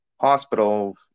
hospital